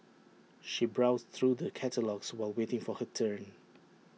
she browsed through the catalogues while waiting for her turn